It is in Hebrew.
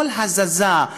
כל הזזה,